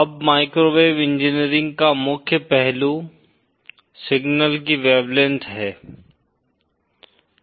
अब microwave engineering का मुख्य पहलू सिग्नल की वेवलेंथ हैं